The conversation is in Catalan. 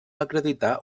acreditar